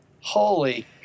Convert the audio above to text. Holy